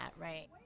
Right